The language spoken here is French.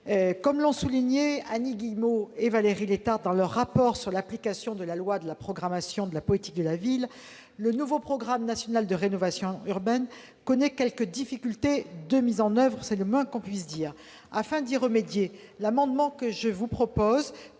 comme l'ont souligné Annie Guillemot et Valérie Létard dans leur rapport sur l'application de la loi de programmation de la politique de la ville, le nouveau programme national de renouvellement urbain connaît quelques difficultés de mise en oeuvre, c'est le moins que l'on puisse dire. Afin d'y remédier, le présent amendement vise